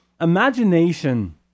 imagination